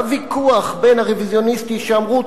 בוויכוח בין הרוויזיוניסטים שאמרו,